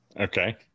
okay